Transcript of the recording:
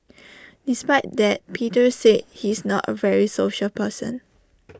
despite that Peter said he's not A very social person